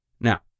Now